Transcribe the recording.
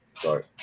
sorry